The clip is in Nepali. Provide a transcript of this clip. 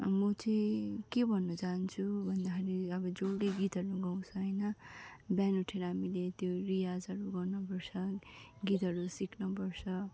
म चाहिँ के भन्न चाहन्छु भन्दाखेरि अब जसले गीतहरू गाउँछ होइन बिहान उठेर हामीले त्यो रियाजहरू गर्नुपर्छ गीतहरू सिक्नुपर्छ